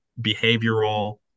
behavioral